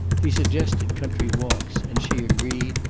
he suggested country walks and she agreed,